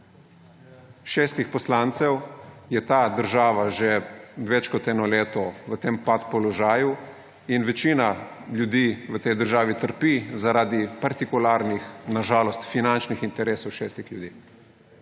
šestih poslancev ‒ ta država že več kot eno leto v tem pad položaju in večina ljudi v tej državi trpi zaradi partikularnih, na žalost finančnih interesov, šestih ljudi.